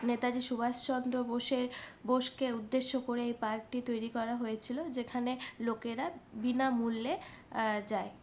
নেতাজি সুভাষচন্দ্র বোসের বোসকে উদ্দেশ্য করে এই পার্কটি তৈরি করা হয়েছিলো যেখানে লোকেরা বিনামূল্যে যায়